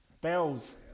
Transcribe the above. Bells